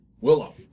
Willow